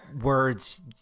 words